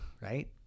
right